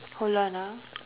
hold on ah